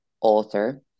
author